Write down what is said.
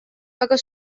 aga